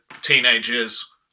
teenagers